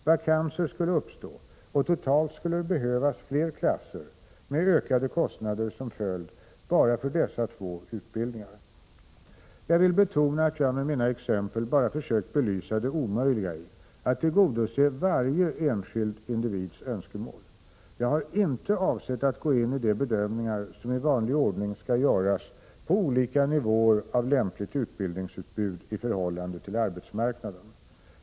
Vakanser skulle uppstå, och totalt skulle det behövas fler klasser — med ökade kostnader som följd, bara för dessa två utbildningar. Jag vill betona att jag med mina exempel bara försökt belysa det omöjliga i att tillgodose varje enskild individs önskemål. Jag har inte avsett att gå in i de bedömningar som i vanlig ordning skall göras på olika nivåer av lämpligt utbildningsutbud i förhållande till arbetsmarknaden.